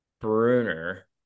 Bruner